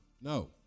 No